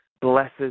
blesses